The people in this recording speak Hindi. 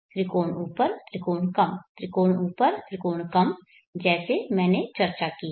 त्रिकोण ऊपर त्रिकोण कम त्रिकोण ऊपर त्रिकोण कम जैसे मैंने चर्चा की है